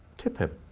tip him.